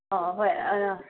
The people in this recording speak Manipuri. ꯑꯣ ꯑꯣ ꯍꯣꯏ ꯑꯗꯣ